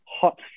hot